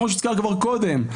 כמו שהוזכר כבר קודם,